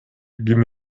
ким